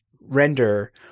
render